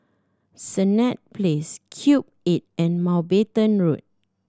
Senett Place Cube Eight and Mountbatten Road